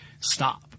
stop